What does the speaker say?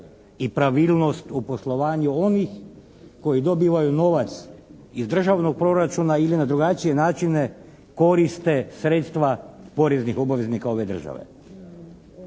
i pravilnost u poslovanju onih koji dobivaju novac iz državnog proračuna ili na drugačije načine koriste sredstva poreznih obaveznika ove države.